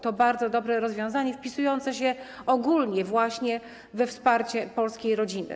To bardzo dobre rozwiązanie wpisujące się ogólnie właśnie we wsparcie polskiej rodziny.